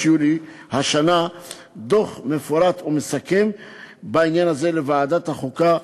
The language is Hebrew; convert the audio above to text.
יולי השנה דוח מפורט ומסכם בעניין הזה לוועדת החוקה,